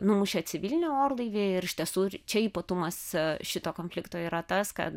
numušė civilinį orlaivį ir iš tiesų čia ypatumas šito konflikto yra tas kad